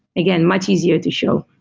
again, much easier to show,